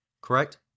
Correct